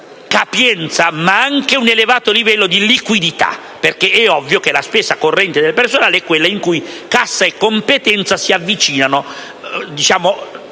capienza, ma anche un elevato livello di liquidità, perché è ovvio che la spesa corrente per il personale è quella in cui cassa e competenza si avvicinano